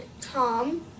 Tom